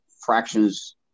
fractions